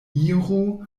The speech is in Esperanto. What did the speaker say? iru